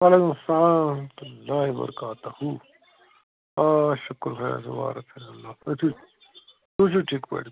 وعلیکُم السلام ورحمتُہ اللہِ وَبرکاتہوٗ آ شُکُر خۄدایَس کُن وارٕ تُہۍ چھُو تُہۍ چھُو ٹھیٖک پٲٹھۍ